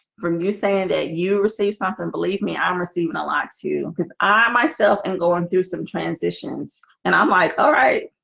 from you saying that you receive something believe me. i'm receiving a lot too because i myself and going through some transitions and i'm like, alright